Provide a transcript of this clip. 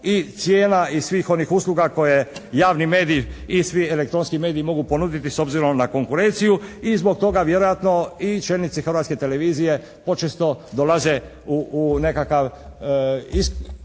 i cijena i svih onih usluga koje javni mediji i svi elektronski mediji mogu ponuditi s obzirom na konkurenciju i zbog toga vjerojatno i čelnici Hrvatske televizije počesto dolaze u nekakav izazov